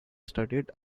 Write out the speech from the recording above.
studied